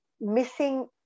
missing